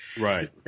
Right